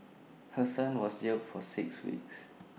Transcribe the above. her son was jailed for six weeks